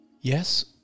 Yes